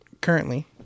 currently